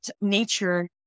nature